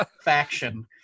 faction